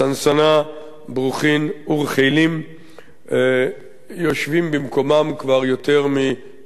ברוכין ורחלים יושבים במקומם כבר יותר מעשר שנים,